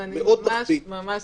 מאוד מכביד.